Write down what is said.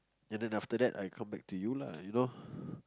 and then after that I come back to you lah you know